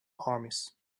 armies